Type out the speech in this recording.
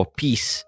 peace